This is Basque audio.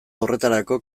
horretarako